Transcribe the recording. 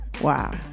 wow